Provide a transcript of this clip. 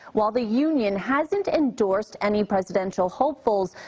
while the union hasn't endorsed any presidential hopefuls,